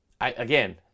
again –